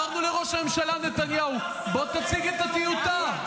אמרנו לראש הממשלה נתניהו: בוא תציג את הטיוטה.